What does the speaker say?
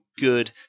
good